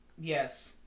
yes